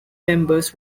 members